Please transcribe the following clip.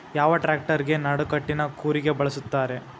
ಯಾವ ಟ್ರ್ಯಾಕ್ಟರಗೆ ನಡಕಟ್ಟಿನ ಕೂರಿಗೆ ಬಳಸುತ್ತಾರೆ?